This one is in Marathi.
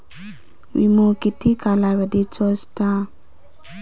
विमो किती कालावधीचो असता?